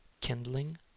kindling